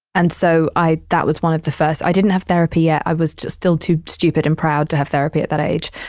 and so i, that was one of the first. i didn't have therapy. i was still too stupid and proud to have therapy at that age.